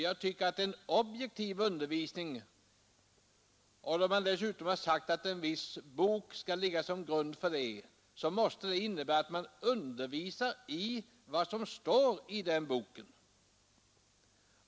Jag tycker att en objektiv undervisning — speciellt om det dessutom har sagts att en viss bok skall ligga till grund för den — måste innebära att man undervisar i vad som står i den boken.